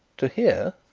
to hear,